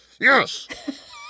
Yes